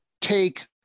take